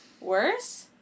Worse